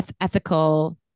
ethical